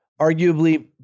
arguably